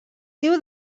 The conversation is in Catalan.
diu